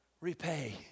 repay